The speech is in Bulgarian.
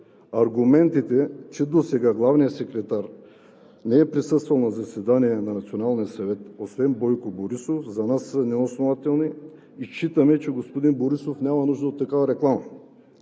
Аргументите, че досега главният секретар не е присъствал на заседание на Националния съвет, освен Бойко Борисов, за нас са неоснователни и считаме, че господин Борисов няма нужда от такава реклама.